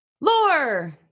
Lore